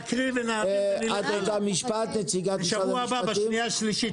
נציגת משרד המשפטים,